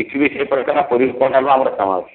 ଏଠି ବି ସେଇ ପ୍ରକାର ପୁରୀ ଉପମା ଡାଲମା ଆମର ଫେମସ୍